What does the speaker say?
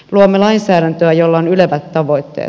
luomme lainsäädäntöä jolla on ylevät tavoitteet